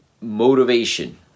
motivation